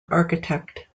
architect